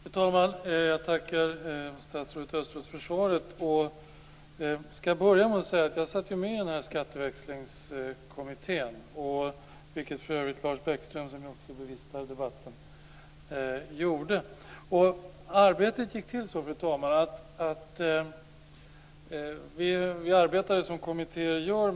Fru talman! Jag tackar statsrådet Östros för svaret. Jag satt med i Skatteväxlingskommittén, vilket för övrigt även Lars Bäckström, som också bevistar debatten, gjorde. Vi arbetade, fru talman, som kommittéer gör.